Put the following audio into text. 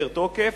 ביתר תוקף,